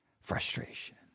frustration